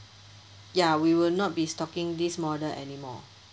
ya we will not be stocking this model anymore